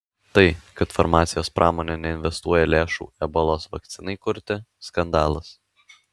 tai kad farmacijos pramonė neinvestuoja lėšų ebolos vakcinai kurti skandalas